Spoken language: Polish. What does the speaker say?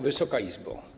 Wysoka Izbo!